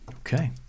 Okay